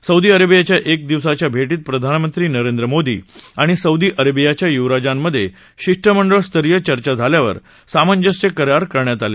Saudi अरेबियाच्या एक दिवसाच्या भेटीत प्रधानमंत्री नरेंद्र मोदी आणि सौदी अरेबियाच्या य्वराजांमध्ये शिष्टमंडळ स्तरीय चर्चा झाल्यावर सामंजस्य करार करण्यात आले